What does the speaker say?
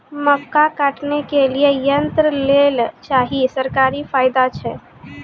मक्का काटने के लिए यंत्र लेल चाहिए सरकारी फायदा छ?